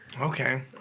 okay